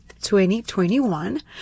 2021